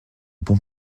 bons